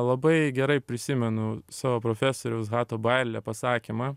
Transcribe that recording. labai gerai prisimenu savo profesoriaus hato baile pasakymą